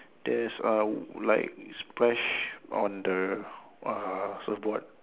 there's a like splash on the uh surfboard